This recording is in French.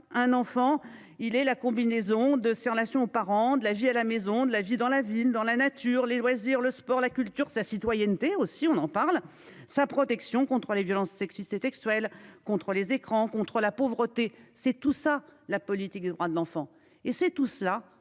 un enfant il est la combinaison de ces relations aux parents de la vie à la maison de la vie dans la ville dans la nature, les loisirs, le sport, la culture, sa citoyenneté, aussi on en parle. Sa protection contre les violences sexistes et sexuelles. Écran contre la pauvreté. C'est tout ça la politique des droits de l'enfant et c'est tout cela